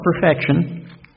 perfection